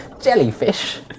jellyfish